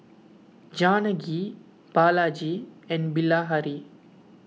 Janaki Balaji and Bilahari